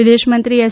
વિદેશમંત્રી એસ